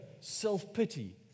self-pity